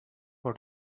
for